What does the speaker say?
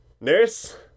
Nurse